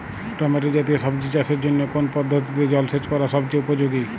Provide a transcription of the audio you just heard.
Tomato জাতীয় সবজি চাষের জন্য কোন পদ্ধতিতে জলসেচ করা সবচেয়ে উপযোগী?